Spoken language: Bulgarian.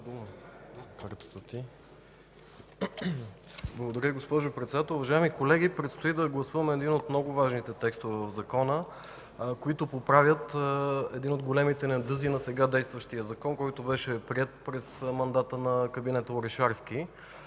Благодаря. Госпожо Председател, уважаеми колеги! Предстои да гласуваме един от много важните текстове в Закона, които поправят един от големите недъзи в настоящия Закон, приет през мандата на кабинета Орешарски.